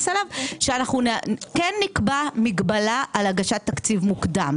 אליו וכן נקבע מגבלה על הגשת תקציב מוקדם.